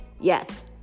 Yes